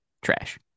Trash